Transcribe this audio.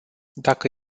dacă